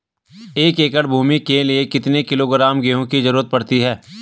एक एकड़ भूमि के लिए कितने किलोग्राम गेहूँ की जरूरत पड़ती है?